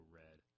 red